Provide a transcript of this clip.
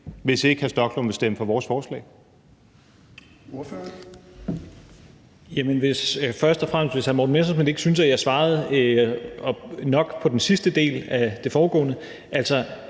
hvis ikke hr. Rasmus Stoklund vil stemme for vores forslag?